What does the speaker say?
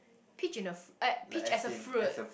peach in a fr~ peach as a fruit